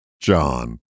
John